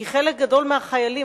כי חלק גדול מהחיילים,